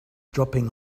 dropping